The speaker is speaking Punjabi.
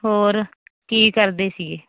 ਹੋਰ ਕੀ ਕਰਦੇ ਸੀਗੇ